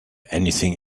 anything